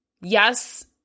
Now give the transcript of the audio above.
yes